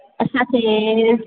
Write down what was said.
असांखे